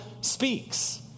speaks